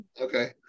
Okay